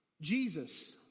Jesus